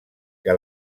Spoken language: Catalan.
que